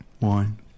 wine